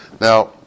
Now